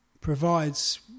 provides